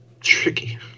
Tricky